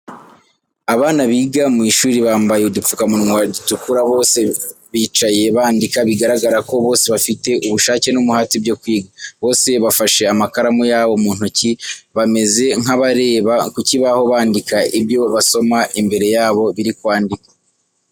Abana biga mu ishuri bambaye udupfukamunwa dutukura bose bicaye bandika bigaragara ko bose bafite ubushake n'umuhate byo kwiga. Bose bafashe amakaramu yabo mu ntoki bameze nkabareba ku kibaho bandika ibyo basoma imbere yabo biri kwandikwa.